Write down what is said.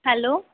hello